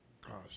cross